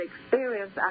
experience